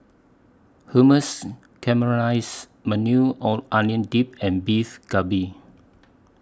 Hummus Caramelized Maui O Onion Dip and Beef Galbi